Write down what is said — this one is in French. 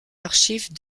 archives